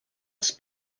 els